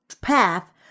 path